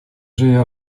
żyje